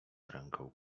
ręką